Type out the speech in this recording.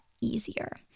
easier